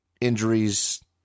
injuries